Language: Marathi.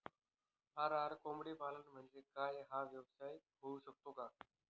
आर.आर कोंबडीपालन म्हणजे काय? हा व्यवसाय होऊ शकतो का?